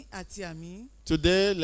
Today